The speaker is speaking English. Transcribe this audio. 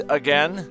again